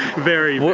very